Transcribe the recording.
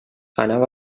anava